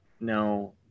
no